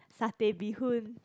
satay bee hoon